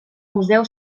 museu